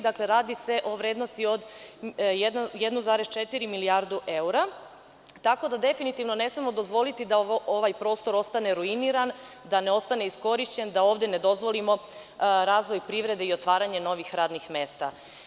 Dakle, radi se o vrednosti od 1,4 milijarde evra, tako da definitivno ne smemo dozvoliti da ovaj prostor ostane ruiniran, da ne ostane iskorišćen, da ovde ne dozvolimo razvoj privrede i otvaranje novih radnih mesta.